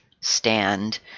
stand